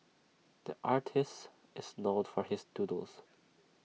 the artist is known for his doodles